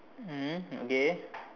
mmhmm okay